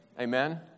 Amen